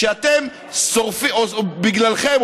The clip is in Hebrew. שבגללכם,